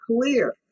clear